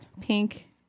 pink